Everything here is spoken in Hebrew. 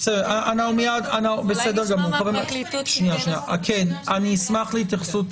--- אולי נשמע מהפרקליטות --- אשמח להתייחסות